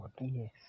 Yes